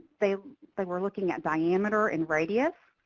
they like were looking at diameter and radius.